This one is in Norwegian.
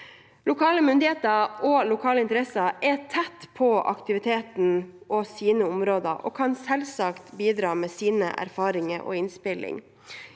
Lokale myndigheter og lokale interesser er tett på aktiviteten i sine områder og kan selvsagt bidra med sine erfaringer og innspill.